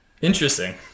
interesting